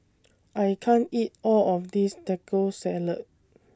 I can't eat All of This Taco Salad